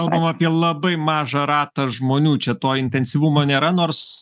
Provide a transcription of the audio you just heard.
kalbam apie labai mažą ratą žmonių čia to intensyvumo nėra nors